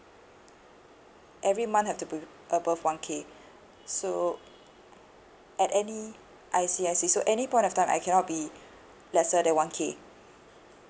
every month have to put above one K so at any I see I see so any point of time I cannot be lesser than one K